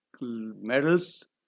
medals